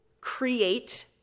create